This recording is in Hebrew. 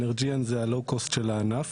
אנרג'יאן זה הלואו קוסט של הענף